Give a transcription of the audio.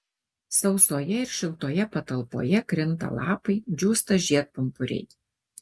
sausoje ir šiltoje patalpoje krinta lapai džiūsta žiedpumpuriai